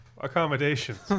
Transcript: accommodations